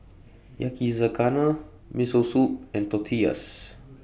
Yakizakana Miso Soup and Tortillas